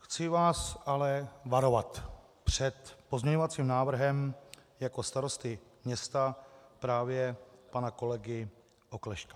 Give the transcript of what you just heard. Chci vás ale varovat před pozměňovacím návrhem jako starosty města právě pana kolegy Oklešťka.